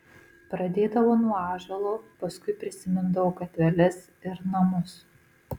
pradėdavo nuo ąžuolo paskui prisimindavo gatveles ir namus